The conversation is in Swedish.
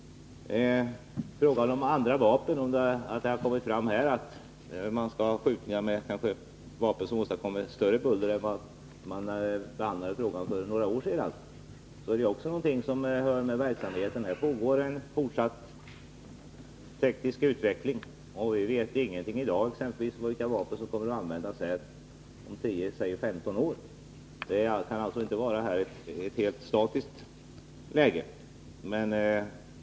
Det har kommit fram här att man avser att ha skjutningar med andra vapen, som kanske åstadkommer större buller än vad man räknade med då vi behandlade frågan för några år sedan. Det är också någonting som hör ihop med verksamhetens art. Här pågår en fortsatt teknisk utveckling. Vi vet ingenting i dag om vilka vapen som kommer att användas om låt oss säga tio femton år. Det kan alltså inte vara ett helt statiskt läge.